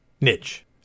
niche